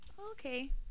Okay